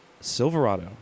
Silverado